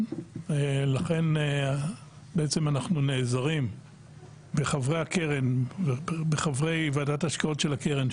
לכן אנחנו נעזרים בחברי ועדת ההשקעות של הקרן,